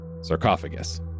sarcophagus